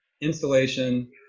installation